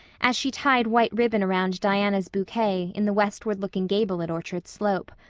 as she tied white ribbon around diana's bouquet in the westward-looking gable at orchard slope.